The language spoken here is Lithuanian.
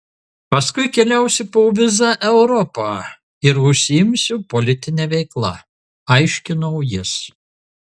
paskui keliausiu po vizą europą ir užsiimsiu politine veikla aiškino jis